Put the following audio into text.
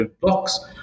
blocks